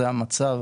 זה המצב.